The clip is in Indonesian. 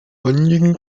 anjing